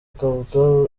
kavuga